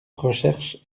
recherche